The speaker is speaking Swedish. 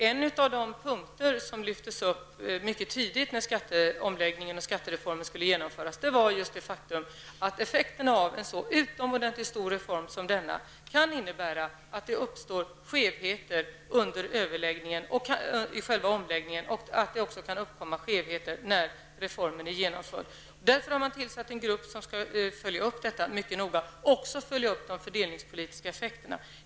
En av de punkter som lyftes fram mycket tidigt när skattereformen skulle genomföras var just det faktum att effekterna av en så utomordentligt stor reform som denna kan innebära att det uppstår skevheter i själva omläggningen och att det kan uppkomma skevheter när reformen är genomförd. Därför har en grupp tillsatts som skall följa upp detta mycket noga och också följa upp de fördelningspolitiska effekterna.